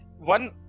one